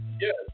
Yes